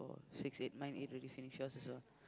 oh six eight mine eight already finish yours also ah